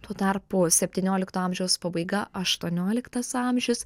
tuo tarpu septyniolikto amžiaus pabaiga aštuonioliktas amžius